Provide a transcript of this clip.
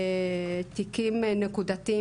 אנחנו מקדמים את פניך בברכה.